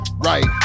Right